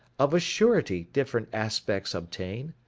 of a surety different aspects obtain.